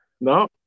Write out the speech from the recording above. no